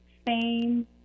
Spain